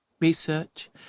research